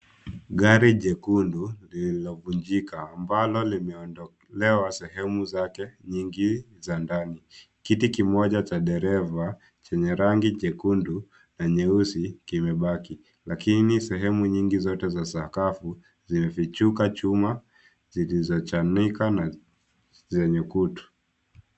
Gari jekundu lililovunjika ambalo limeondolewa sehemu zake nyingi za ndani. Kiti kimoja cha dereva chenye rangi jekundu na nyeusi kimebaki lakini sehemu nyingi zote za sakafu zimefichuka chuma zilizochanika na zenye kutu.